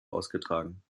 ausgetragen